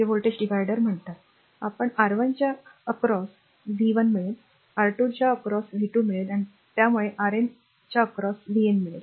कारण R1च्या ओलांडून आपल्याला v 1मिळेल R2च्या ओलांडून आपल्याला v 2मिळेल आणि त्यामुळे Rn ओलांडून nth रेझिस्टर vn मिळेल